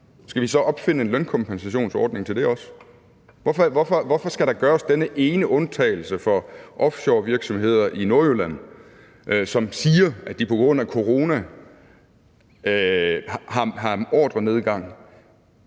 Skal vi så opfinde en lønkompensationsordning også til det? Hvorfor skal der gøres denne ene undtagelse for offshorevirksomheder i Nordjylland, som siger, at de på grund af corona har en ordrenedgang?